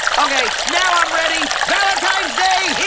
okay, now i'm ready! valentine's day,